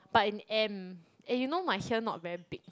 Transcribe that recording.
but in M and you know my here not very big